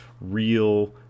real